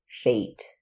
fate